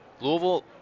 Louisville